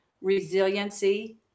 resiliency